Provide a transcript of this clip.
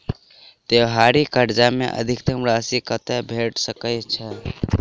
त्योहारी कर्जा मे अधिकतम राशि कत्ते भेट सकय छई?